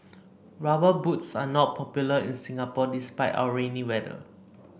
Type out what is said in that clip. rubber boots are not popular in Singapore despite our rainy weather